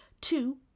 two